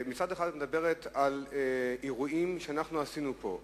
את מדברת על אירועים שאנחנו עשינו פה,